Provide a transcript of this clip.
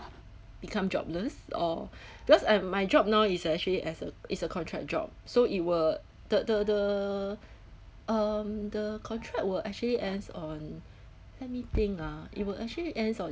become jobless or because um my job now is actually as a is a contract job so it will the the the um the contract will actually ends on let me think ah it will actually ends on